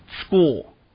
school